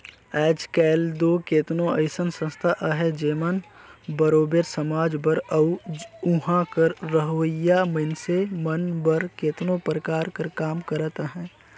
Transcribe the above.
आएज काएल दो केतनो अइसन संस्था अहें जेमन बरोबेर समाज बर अउ उहां कर रहोइया मइनसे मन बर केतनो परकार कर काम करत अहें